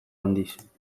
handiz